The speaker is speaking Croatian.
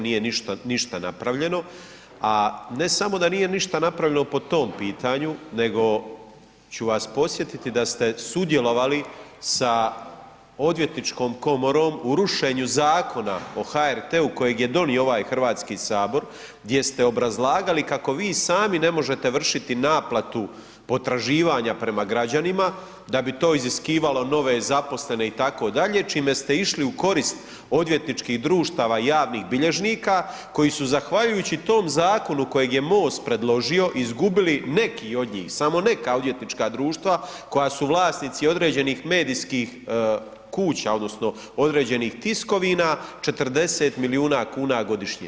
Nije ništa napravljeno, a ne samo da nije ništa napravljeno po tom pitanju nego ću vas podsjetiti da ste sudjelovali sa Odvjetničkom komorom u rušenju Zakona o HRT-u kojeg je donio ovaj Hrvatski sabor gdje ste obrazlagali kako vi sami ne možete vršiti naplatu potraživanja prema građanima, da bi to iziskivalo nove zaposlene itd., čime ste išli u korist odvjetničkih društava i javnih bilježnika koji su zahvaljujući tom zakonu kojeg je MOST predložio izgubili neka od njih, samo neka odvjetnička društva koja su vlasnici određenih medijskih kuća odnosno određenih tiskovina 40 milijuna kuna godišnje.